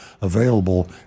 available